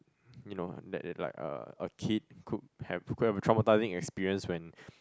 you know that that like uh a kid could have could have a traumatising experience when